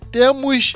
temos